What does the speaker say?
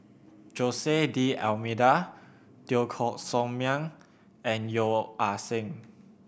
Jose D'Almeida Teo Koh Sock Miang and Yeo Ah Seng